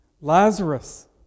Lazarus